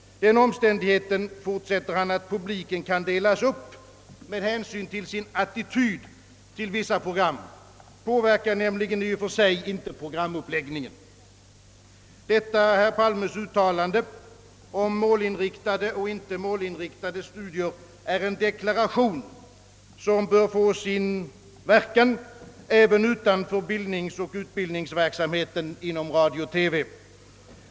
Den omständigheten, fortsätter han, att publiken kan delas upp med hänsyn till sin attityd till vissa program påverkar nämligen i och för sig inte programuppläggningen. Detta herr Palmes uttalande om målinriktade och icke målinriktade studier är en deklaration, som bör få sin effekt även utanför bildningsoch utbildningsverksamheten inom radio-TV.